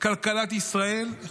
כלכלת ישראל גם